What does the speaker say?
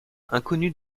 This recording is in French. inconnus